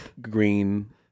green